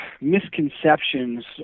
misconceptions